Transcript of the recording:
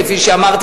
כפי שאמרתי,